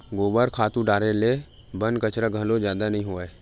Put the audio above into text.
गोबर खातू डारे ले बन कचरा घलो जादा नइ होवय